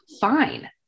fine